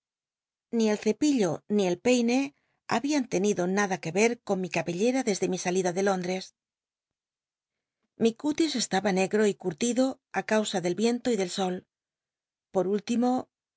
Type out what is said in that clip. ni el cepillo ni el peine habían tenido nada que ver con mi cabellera desde mi salida de lóndtes mi cú tis estaba negro y curlido á causa del vien to y del sol por úllimo